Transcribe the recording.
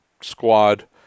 squad